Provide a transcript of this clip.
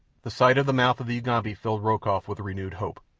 the sight of the mouth of the ugambi filled rokoff with renewed hope,